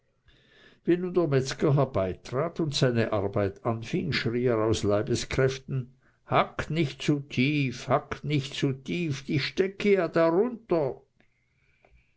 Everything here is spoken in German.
der metzger herbeitrat und seine arbeit anfing schrie er aus leibeskräften hackt nicht zu tief hackt nicht zu tief ich stecke ja